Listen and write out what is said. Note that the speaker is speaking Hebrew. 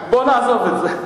בוא נעזוב את זה.